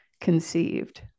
conceived